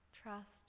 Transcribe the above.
trust